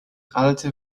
alte